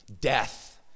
Death